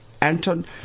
Anton